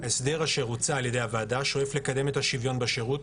ההסדר אשר הוצע על ידי הוועדה שואף לקדם את השוויון בשירות